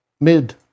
mid